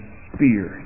spear